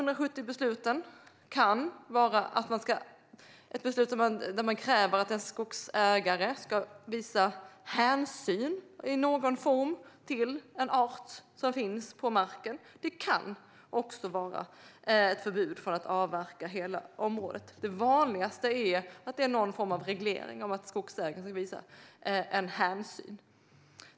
Det kan vara beslut om att man kräver att en skogsägare ska visa hänsyn i någon form till en art som finns på marken. Det kan också vara ett förbud mot att avverka hela området. Det vanligaste är att det är någon form av reglering om att skogsägaren ska visa hänsyn.